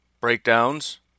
breakdowns